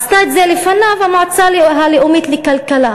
עשתה את זה לפניו המועצה הלאומית לכלכלה.